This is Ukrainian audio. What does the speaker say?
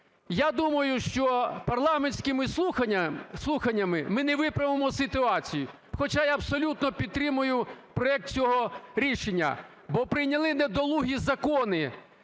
я думаю, що парламентськими слуханнями ми не виправимо ситуацію, хоча я абсолютно підтримую проект цього рішення, бо прийняли недолугі закони